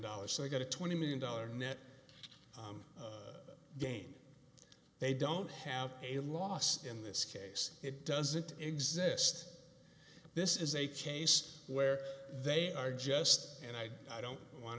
dollars they got a twenty million dollar net gain they don't have a loss in this case it doesn't exist this is a case where they are just and i i don't want